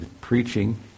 preaching